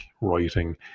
writing